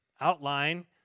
outline